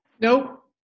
Nope